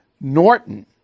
Norton